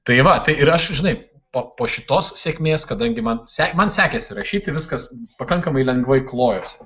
tai va tai ir aš žinai po po šitos sėkmės kadangi man sek man sekėsi rašyti viskas pakankamai lengvai klojosi